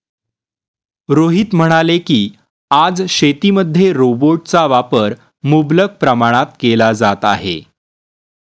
रोहित म्हणाले की, आज शेतीमध्ये रोबोटचा वापर मुबलक प्रमाणात केला जात आहे